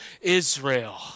Israel